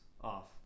off